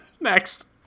Next